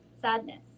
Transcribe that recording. sadness